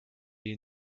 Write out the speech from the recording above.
est